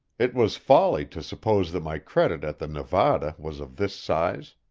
it was folly to suppose that my credit at the nevada was of this size.